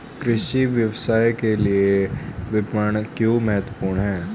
कृषि व्यवसाय के लिए विपणन क्यों महत्वपूर्ण है?